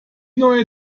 neue